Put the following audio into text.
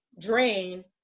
drain